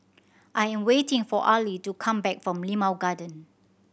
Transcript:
I am waiting for Arly to come back from Limau Garden